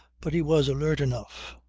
but he was alert enough.